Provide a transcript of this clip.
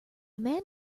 man